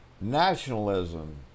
Nationalism